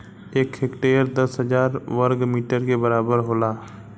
एक हेक्टेयर दस हजार वर्ग मीटर के बराबर होला